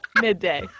midday